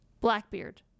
Blackbeard